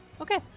Okay